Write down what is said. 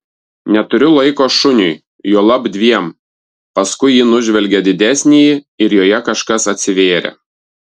neturiu laiko šuniui juolab dviem paskui ji nužvelgė didesnįjį ir joje kažkas atsivėrė